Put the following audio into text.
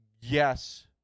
yes